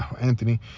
Anthony